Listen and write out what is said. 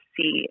see